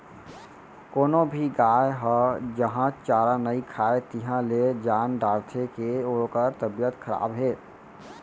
कोनो भी गाय ह जहॉं चारा नइ खाए तिहॉं ले जान डारथें के ओकर तबियत खराब हे